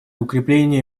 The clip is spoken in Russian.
укрепления